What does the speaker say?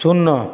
শূন্য